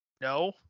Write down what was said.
No